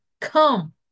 Come